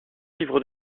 livres